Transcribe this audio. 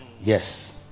Yes